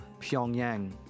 Pyongyang